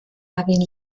erwin